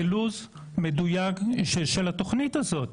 לוח זמנים מדויק של התוכנית הזאת.